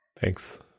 Thanks